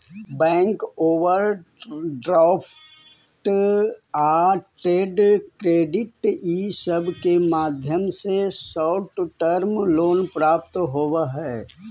bank overdraft या trade credit इ सब के माध्यम से शॉर्ट टर्म लोन प्राप्त होवऽ हई